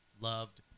loved